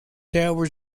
tower